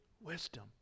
Wisdom